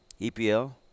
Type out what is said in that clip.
EPL